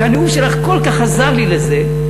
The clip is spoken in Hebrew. והנאום שלך כל כך עזר לי לזה,